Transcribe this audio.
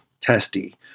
testy